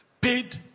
paid